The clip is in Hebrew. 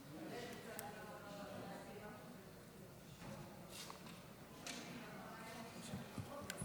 התכנון והבנייה (תיקון, שומה מתוקנת